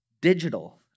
digital